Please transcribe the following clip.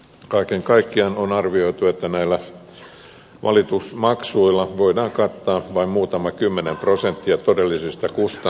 kaiken kaikkiaan on arvioitu että näillä valitusmaksuilla voidaan kattaa vain muutama kymmenen prosenttia todellisista kustannuksista